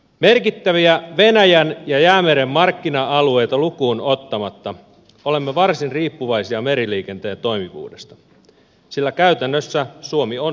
merkittäviä venäjän ja jäämeren markkina alueita lukuun ottamatta olemme varsin riippuvaisia meriliikenteen toimivuudesta sillä käytännössä suomi on saari